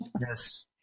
Yes